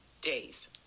days